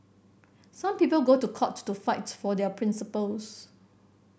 some people go to court to fight for their principles